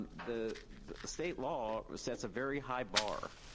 the state law was sets a very high bar